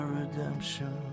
redemption